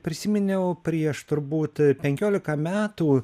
prisiminiau prieš turbūt penkiolika metų